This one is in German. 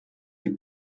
die